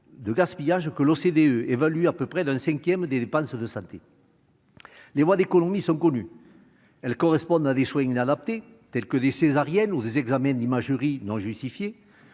économiques (OCDE) évalue à peu près à un cinquième des dépenses de santé. Les voies d'économies sont connues. Elles correspondent à des soins inadaptés, tels que des césariennes ou des examens d'imagerie non justifiés,